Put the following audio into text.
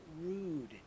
rude